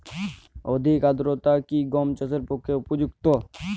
অধিক আর্দ্রতা কি গম চাষের পক্ষে উপযুক্ত?